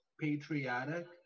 patriotic